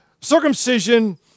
Circumcision